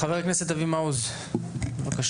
חבר הכנסת אבי מעוז, בבקשה.